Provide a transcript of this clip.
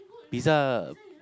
pizza